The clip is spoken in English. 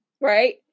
right